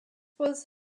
was